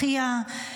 אחיה,